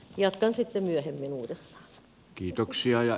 jatkan sitten myöhemmin uudestaan